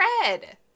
red